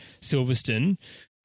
Silverstone